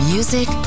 Music